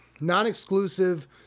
non-exclusive